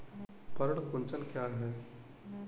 पर्ण कुंचन क्या है?